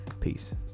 Peace